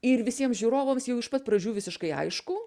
ir visiems žiūrovams jau iš pat pradžių visiškai aišku